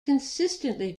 consistently